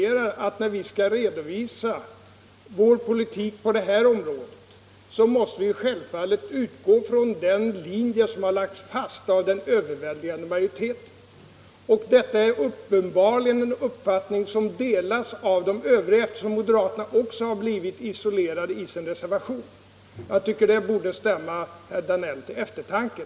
Jag konstaterar att när vi skall redovisa vår politik på detta område måste vi utgå från den linje som har lagts fast av den överväldigande majoriteten. Detta är uppenbarligen en uppfattning som delas av de övriga, eftersom moderaterna blivit isolerade i sin reservation. Jag tycker att det borde stämma herr Danell till eftertanke.